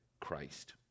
Christ